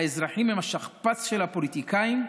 האזרחים הם השכפ"ץ של הפוליטיקאים,